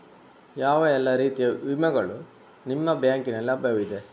ಯಾವ ಎಲ್ಲ ರೀತಿಯ ವಿಮೆಗಳು ನಿಮ್ಮ ಬ್ಯಾಂಕಿನಲ್ಲಿ ಲಭ್ಯವಿದೆ?